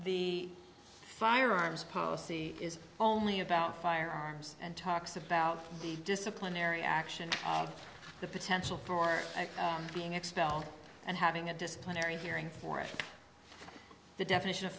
the firearms policy is only about firearms and talks about the disciplinary action the potential for being expelled and having a disciplinary hearing for the definition of